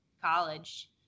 college